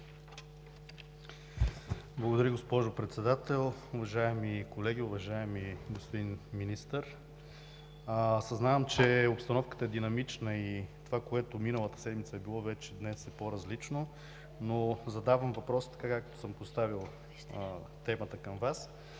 Благодаря, госпожо Председател. Уважаеми колеги! Уважаеми господин Министър, съзнавам, че обстановката е динамична, и това, което миналата седмица е било, вече днес е по-различно, но задавам въпроса така, както съм поставил темата към Вас.